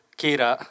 kira